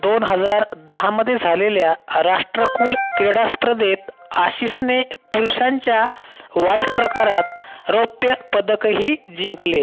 दोन हजार दहामधे झालेल्या हराष्ट्रकुल क्रीडा स्पर्धेत आशिषने पुरुषांच्या वॉल्ट प्रकारात रौप्य पदकही जिंकले